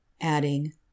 adding